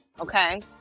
okay